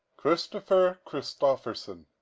christopher christopherson.